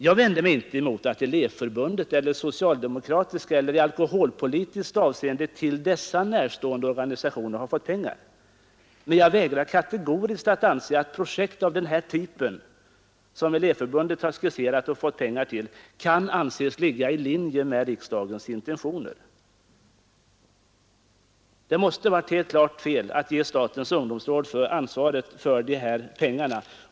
Jag vänder mig inte mot att Elevförbundet eller socialdemokratiska eller i alkoholpolitiskt avseende till dessa närstående organisationer har fått pengar. Men jag vägrar kategoriskt att anse att projekt av den typ Elevförbundet skisserat och fått pengar till kan anses ligga i linje med riksdagens intentioner. Det måste ha varit fel att ge statens ungdomsråd ansvaret för detta anslag.